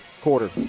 quarter